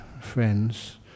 friends